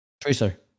Tracer